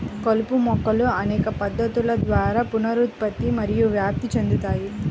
కలుపు మొక్కలు అనేక పద్ధతుల ద్వారా పునరుత్పత్తి మరియు వ్యాప్తి చెందుతాయి